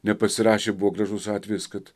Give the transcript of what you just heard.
nepasirašė buvo gražus atvejis kad